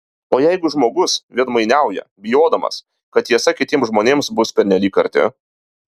o jeigu žmogus veidmainiauja bijodamas kad tiesa kitiems žmonėms bus pernelyg karti